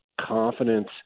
confidence